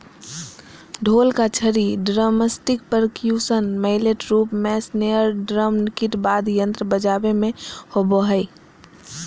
ढोल का छड़ी ड्रमस्टिकपर्क्यूशन मैलेट रूप मेस्नेयरड्रम किट वाद्ययंत्र बजाबे मे होबो हइ